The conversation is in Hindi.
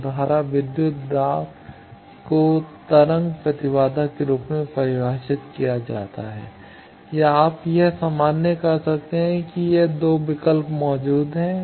तो धारा विद्युत दाब को तरंग प्रतिबाधा के रूप में परिभाषित किया जाता है या आप यह सामान्य कर सकते हैं कि यह 2 विकल्प मौजूद हैं